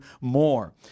more